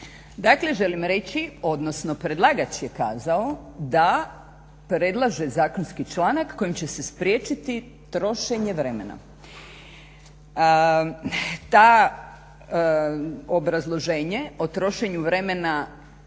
Dakle želim reći, odnosno predlagač je kazao da predlaže zakonski članak kojim će se spriječiti trošenje vremena. Ta, obrazloženje o trošenju vremena